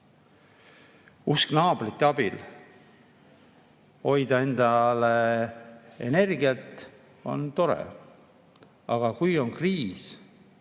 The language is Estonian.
Usk naabrite abil hoida endale energiat on tore. Aga kui on kriis,